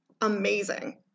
amazing